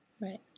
Right